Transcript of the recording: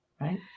right